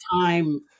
time